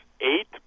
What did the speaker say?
eight